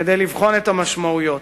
כדי לבחון את המשמעויות.